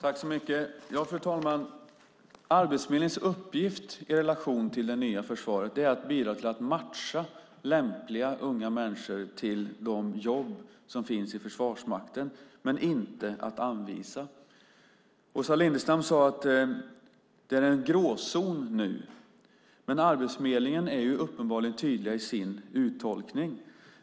Fru talman! Arbetsförmedlingens uppgift i relation till det nya försvaret är att bidra till att matcha lämpliga unga människor till de jobb som finns i Försvarsmakten men inte att anvisa. Åsa Lindestam sade att det är en gråzon nu. Men Arbetsförmedlingen är uppenbarligen tydlig i sin uttolkning.